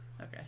Okay